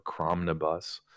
cromnibus